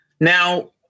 Now